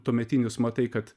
tuometinius matai kad